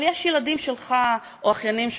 אבל יש ילדים שלך, או אחיינים שלך,